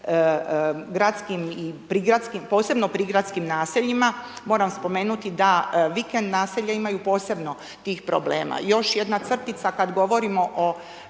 prigradskim, posebno prigradskim naseljima, moram spomenuti da vikend naselja imaju posebno tih problema. Još jedna crtica kad govorimo o